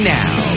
now